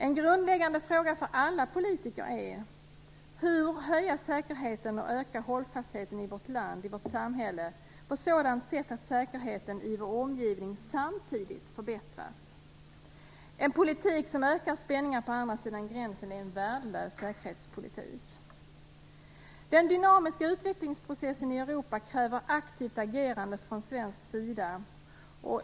En grundläggande fråga för alla politiker är: Hur höja säkerheten och öka hållfastheten i vårt land - i vårt samhälle - på sådant sätt att säkerheten i vår omgivning samtidigt förbättras? En politik som ökar spänningarna på andra sidan gränsen är en värdelös säkerhetspolitik. Den dynamiska utvecklingsprocessen i Europa kräver aktivt agerande från svensk sida.